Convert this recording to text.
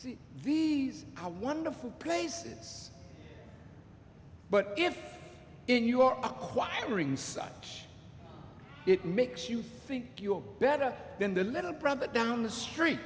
see these how wonderful places but if you are acquiring such it makes you think you are better than the little brother down the street